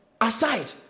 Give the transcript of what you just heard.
aside